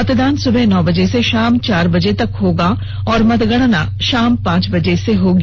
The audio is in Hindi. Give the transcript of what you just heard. मतदान सुबह नौ बजे से शाम चार बजे तक होगा और मतगणना शाम पांच बजे से होगी